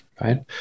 right